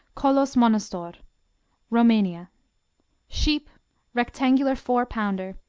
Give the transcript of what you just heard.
kolos-monostor rumania sheep rectangular four-pounder,